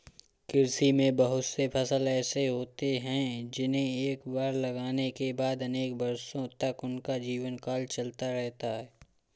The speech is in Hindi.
कृषि में बहुत से फसल ऐसे होते हैं जिन्हें एक बार लगाने के बाद अनेक वर्षों तक उनका जीवनकाल चलता रहता है